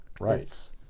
Right